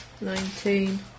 nineteen